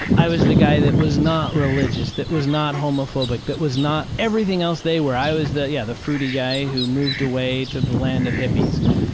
i was the guy that was not religious, that was not homophobic, that was not everything else they were. i was the, yeah, the fruity guy who moved away to the land of hippies.